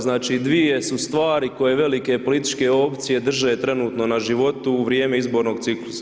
Znači dvoje su stvari koje velike političke opcije drže trenutno na životu u vrijeme izbornog ciklusa.